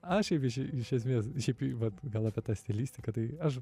aš ir iš iš esmės šiaip vat gal apie tą stilistiką tai aš